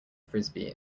frisbee